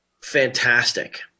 fantastic